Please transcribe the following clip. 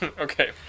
Okay